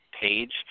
page